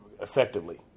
effectively